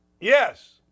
Yes